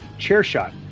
CHAIRSHOT